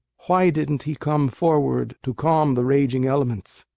why didn't he come forward to calm the raging elements?